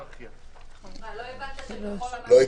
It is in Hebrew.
הצבעה ההסתייגות לא אושרה.